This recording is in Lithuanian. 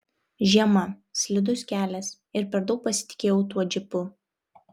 žiema slidus kelias ir per daug pasitikėjau tuo džipu